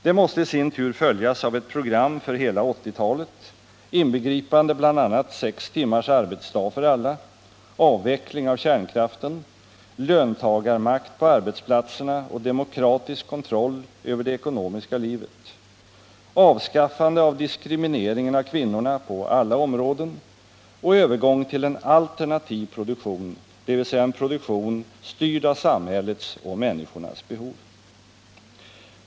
Det måste i sin tur följas av ett program för hela 1980-talet, inbegripande bl.a. sex timmars arbetsdag för alla, avveckling av kärnkraften, löntagarmakt på arbetsplatserna och demokratisk kontroll över det ekonomiska livet, avskaffande av diskrimineringen av kvinnorna på alla områden och övergång till en alternativ produktion, dvs. en produktion styrd av samhällets och människornas behov.